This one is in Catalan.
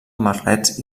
merlets